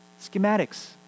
Schematics